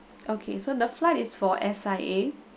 okay so the flight is for S_I_A